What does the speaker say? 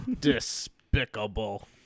despicable